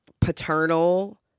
paternal